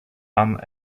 anne